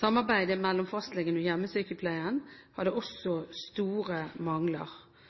Samarbeidet mellom fastlegen og hjemmesykepleien hadde også store mangler.